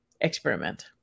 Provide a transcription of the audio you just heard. experiment